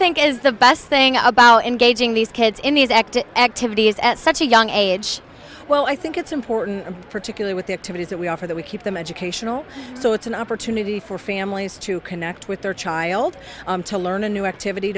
think is the best thing about engaging these kids in these active activities at such a young age well i think it's important particularly with the activities that we offer that we keep them educational so it's an opportunity for families to connect with their child to learn a new activity